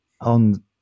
on